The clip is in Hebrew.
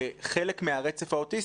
כחלק מהרצף האוטיסטי,